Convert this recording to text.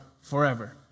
forever